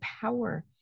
power